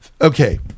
Okay